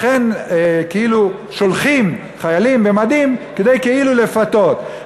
לכן כאילו שולחים חיילים במדים כדי כאילו לפתות,